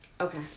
Okay